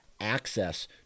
access